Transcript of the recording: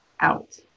out